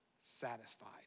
satisfied